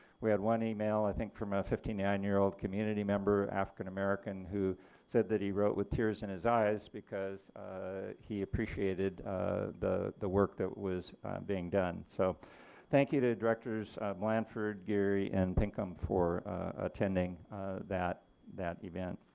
we had one email i think from a fifty nine year-old community member, african-american, who said that he wrote with tears in his eyes because he appreciated the the work that was being done. so thank you to directors blanford, geary and pinkham for attending that that event.